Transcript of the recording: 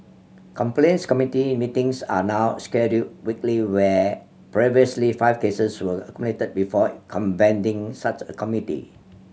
complaints committee meetings are now scheduled weekly where previously five cases were accumulated before convening such a committee